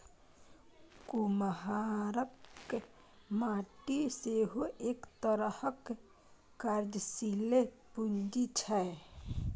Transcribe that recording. कुम्हराक माटि सेहो एक तरहक कार्यशीले पूंजी छै